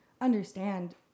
understand